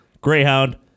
Greyhound